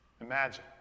Imagine